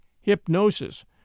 hypnosis